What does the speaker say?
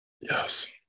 Yes